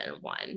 one